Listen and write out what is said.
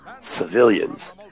civilians